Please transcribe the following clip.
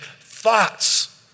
thoughts